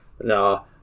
No